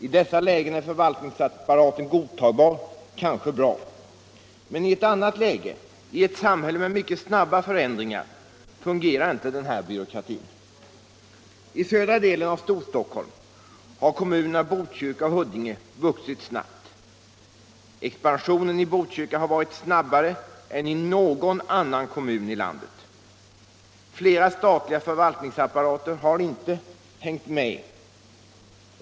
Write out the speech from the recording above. I dessa lägen är förvaltningsapparaten godtagbar, kanske bra. Men i ett annat läge, i ett samhälle med mycket snabba förändringar, fungerar inte den här byråkratin. I södra delen av Storstockholm har kommunerna Botkyrka och Huddinge vuxit snabbt. Expansionen i Botkyrka har varit snabbare än i någon annan kommun i landet. Flera statliga förvaltningsapparater har inte hängt med.